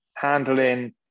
Handling